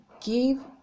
Give